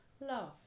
love